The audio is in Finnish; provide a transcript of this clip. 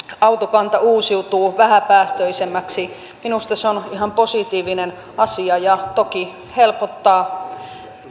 autokanta uusiutuu vähäpäästöisemmäksi minusta se on ihan positiivinen asia ja toki helpottaa